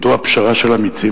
מדוע פשרה של אמיצים?